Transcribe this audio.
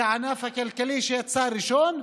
זה הענף הכלכלי שיצא הראשון,